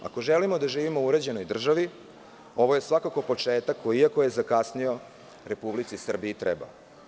Ako želimo da živimo u uređenoj državi ovo je svakako početak koji iako je zakasneo Republici Srbiji treba.